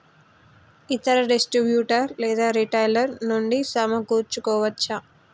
ఇతర డిస్ట్రిబ్యూటర్ లేదా రిటైలర్ నుండి సమకూర్చుకోవచ్చా?